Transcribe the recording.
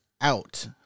out